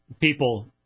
people